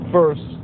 First